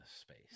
space